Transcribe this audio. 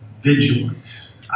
vigilant